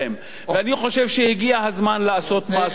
ואני חושב שהגיע הזמן לעשות מעשה בעניין.